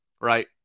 right